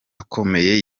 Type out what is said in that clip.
akomeye